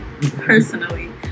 personally